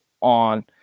on